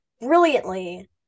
brilliantly